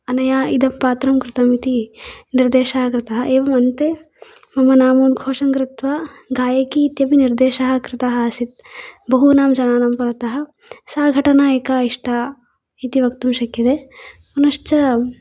अनया इदं पात्रं कृतमिति निर्देशः कृतः एवम् अन्ते मम नामोद्घोषणं कृत्वा गायकी इत्यपि निर्देशः कृतः आसीत् बहुनां जनानां पुरतः सा घटना एका इष्टा इति वक्तुं शक्यते पुनश्च